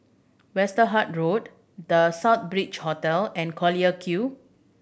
Westerhout Road The Southbridge Hotel and Collyer Quay